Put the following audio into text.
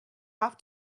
have